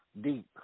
deep